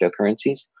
cryptocurrencies